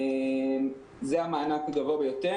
זה המענק הגבוה ביותר.